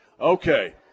Okay